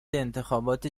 انتخابات